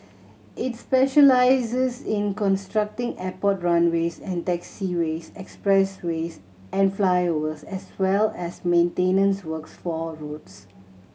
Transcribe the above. it specialises in constructing airport runways and taxiways expressways and flyovers as well as maintenance works for roads